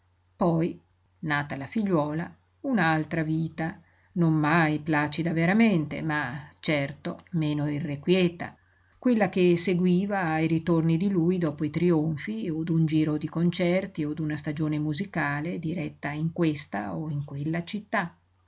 poi nata la figliuola un'altra vita non mai placida veramente ma certo meno irrequieta quella che seguiva ai ritorni di lui dopo i trionfi o d'un giro di concerti o d'una stagione musicale diretta in questa o in quella città